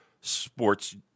sports